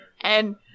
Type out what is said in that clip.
And-